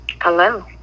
Hello